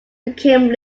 became